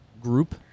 group